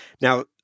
Now